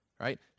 right